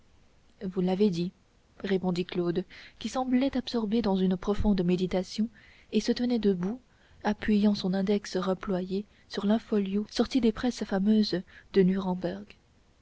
vous l'avez dit répondit claude qui semblait absorbé dans une profonde méditation et se tenait debout appuyant son index reployé sur lin folio sorti des presses fameuses de nuremberg